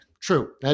True